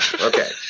Okay